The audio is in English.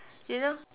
you know